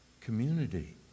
community